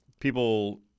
people